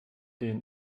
dns